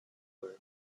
were